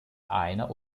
einer